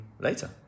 later